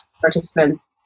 participants